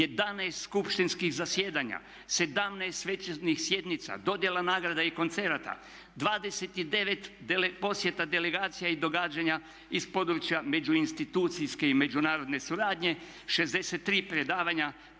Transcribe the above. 11 skupštinskih zasjedanja, 17 svečanih sjednica, dodjela nagrada i koncerata, 29 posjeta delegacija i događanja iz područja među institucijske i međunarodne suradnje, 63 predavanja,